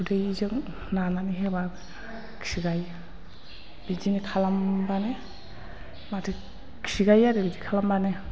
खुदैजों नानानै होबाबो खिगायो बिदिनो खालामबानो खिगायो आरो बिदि खालामबानो